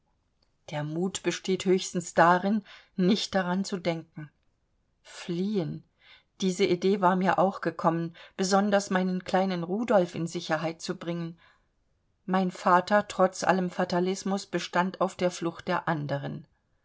der mut besteht höchstens darin nicht daran zu denken fliehen diese idee war mir auch gekommen besonders meinen kleinen rudolf in sicherheit zu bringen mein vater trotz allem fatalismus bestand auf der flucht der anderen